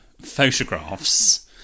photographs